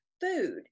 food